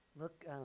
Look